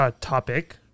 Topic